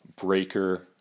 Breaker